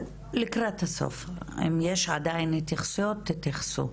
אני יכולה להתייחס?